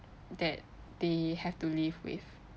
that they have to live with